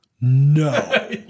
No